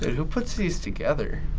who puts these together?